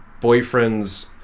boyfriend's